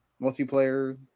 multiplayer